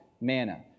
manna